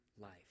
life